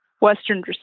Western